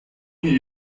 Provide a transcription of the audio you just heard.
mir